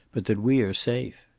but that we are safe.